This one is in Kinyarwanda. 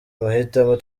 mahitamo